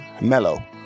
mellow